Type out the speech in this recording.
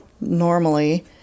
normally